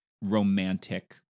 romantic